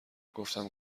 گفتم